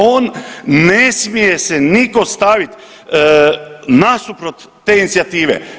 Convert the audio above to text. On, ne smije se nitko staviti nasuprot te inicijative.